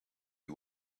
you